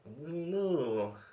No